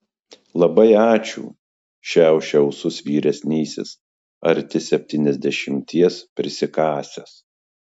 labai ačiū šiaušia ūsus vyresnysis arti septyniasdešimties prisikasęs